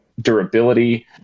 durability